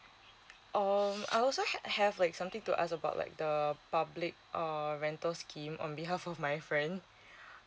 oh I also have like something to us about like the uh public err rental scheme on behalf of my friend